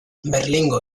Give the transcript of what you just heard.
berlingo